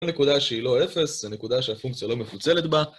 זה נקודה שהיא לא אפס, זה נקודה שהפונקציה לא מפוצלת בה